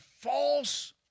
false